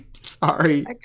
Sorry